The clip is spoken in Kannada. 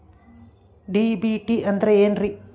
ಡಿ.ಬಿ.ಟಿ ಅಂದ್ರ ಏನ್ರಿ?